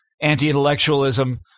anti-intellectualism